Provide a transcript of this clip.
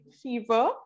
fever